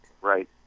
Right